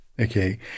okay